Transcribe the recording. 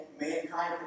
mankind